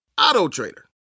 Auto-trader